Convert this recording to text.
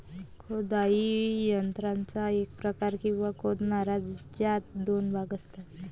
खोदाई यंत्राचा एक प्रकार, किंवा खोदणारा, ज्यात दोन भाग असतात